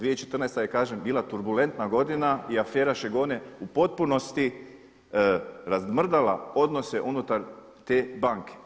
2014. je kažem bila turbulentna godina i afera Šegon je u potpunosti razmrdala odnose unutar te banke.